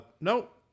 Nope